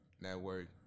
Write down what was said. Network